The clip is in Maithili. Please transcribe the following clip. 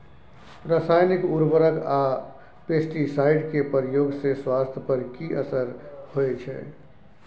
रसायनिक उर्वरक आ पेस्टिसाइड के प्रयोग से स्वास्थ्य पर कि असर होए छै?